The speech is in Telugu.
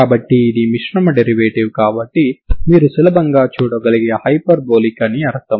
కాబట్టి ఇది మిశ్రమ డెరివేటివ్ కాబట్టి మీరు సులభంగా చూడగలిగే హైపర్బోలిక్ అని అర్థం